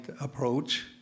approach